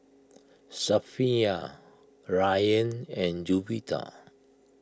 Safiya Ryan and Juwita